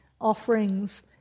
offerings